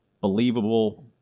believable